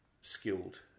skilled